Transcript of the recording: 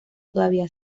todavía